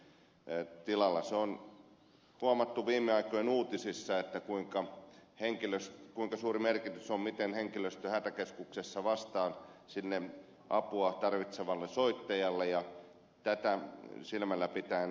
se on huomattu viime aikojen uutisissa kuinka suuri merkitys on sillä miten henkilöstö hätäkeskuksessa vastaa sille apua tarvitsevalle soittajalle ja tätä silmälläpi täen näkisin tämän henkilöstön tärkeyden